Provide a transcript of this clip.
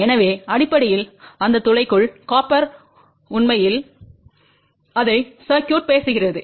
எனவே அடிப்படையில் அந்த துளைக்குள் காப்பெற் உண்மையில் அதைச் சர்க்யூட் பேசுகிறது